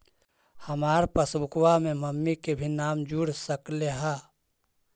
हमार पासबुकवा में मम्मी के भी नाम जुर सकलेहा?